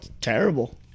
Terrible